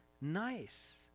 nice